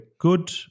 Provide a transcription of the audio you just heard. good